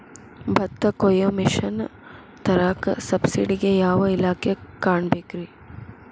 ಭತ್ತ ಕೊಯ್ಯ ಮಿಷನ್ ತರಾಕ ಸಬ್ಸಿಡಿಗೆ ಯಾವ ಇಲಾಖೆ ಕಾಣಬೇಕ್ರೇ?